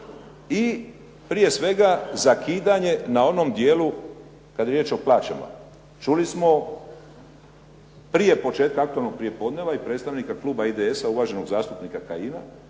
i prije svega zakidanje na onom dijelu kad je riječ o plaćama. Čuli smo prije početka aktualnog prijepodneva i predstavnika kluba IDS-a, uvaženog zastupnika Kajina